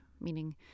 meaning